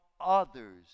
others